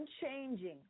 unchanging